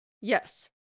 Yes